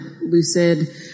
lucid